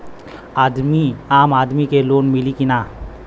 आम आदमी के लोन मिली कि ना?